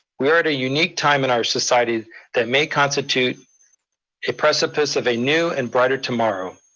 we are at a unique time in our society that may constitute a precipice of a new and brighter tomorrow.